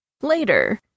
later